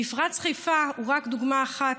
מפרץ חיפה הוא רק דוגמה אחת,